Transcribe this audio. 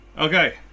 Okay